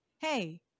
hey